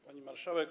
Pani Marszałek!